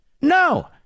No